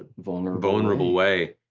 ah vulnerable vulnerable way.